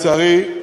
לצערי,